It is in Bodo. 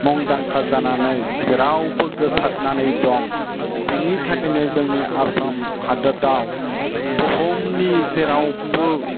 मुंदांखा जानानै जेरावबो गोसारनानै दं बेनि थाखायनो जोंनि आसाम हादराव बुहुमनि जेरावबो